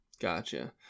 Gotcha